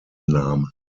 namen